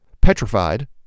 Petrified